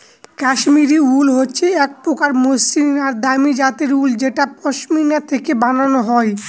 Kashmiri wool হচ্ছে এক প্রকার মসৃন আর দামি জাতের উল যেটা পশমিনা থেকে বানানো হয়